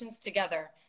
together